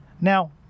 Now